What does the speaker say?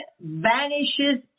vanishes